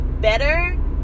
Better